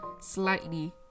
slightly